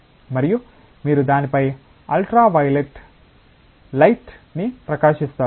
మరియు మీరు దానిపై అల్ట్రావైయోలెట్ లైట్ ని ప్రకాశిస్తారు